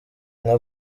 nka